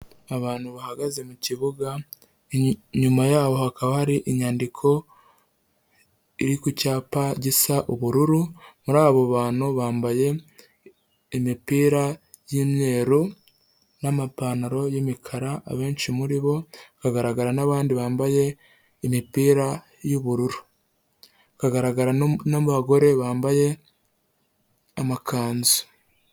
Abantu bahagaze mu kibuga, inyuma yaho hakaba hari inyandiko iri ku cyapa gisa ubururu, muri abo bantu bambaye imipira y'imyeru n'amapantaro y'imikara abenshi muri bo, hakagaragara n'abandi bambaye imipira y'ubururu. Hakagaragara n'abagore bambaye amakanzu.